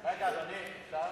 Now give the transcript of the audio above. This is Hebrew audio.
רגע, אדוני, אפשר?